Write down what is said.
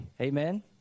amen